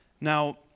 Now